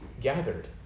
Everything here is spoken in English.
gathered